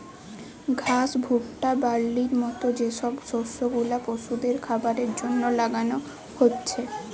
ঘাস, ভুট্টা, বার্লির মত যে সব শস্য গুলা পশুদের খাবারের জন্যে লাগানা হচ্ছে